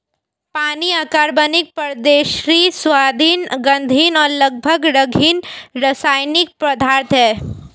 पानी अकार्बनिक, पारदर्शी, स्वादहीन, गंधहीन और लगभग रंगहीन रासायनिक पदार्थ है